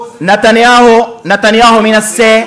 נתניהו מנסה,